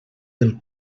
del